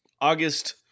August